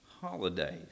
holidays